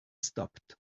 stopped